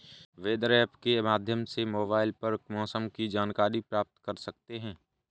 weather app के माध्यम से मोबाइल पर मौसम की जानकारी प्राप्त कर सकते हैं